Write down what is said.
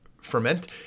ferment